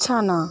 বিছানা